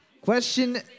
Question